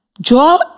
draw